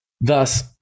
Thus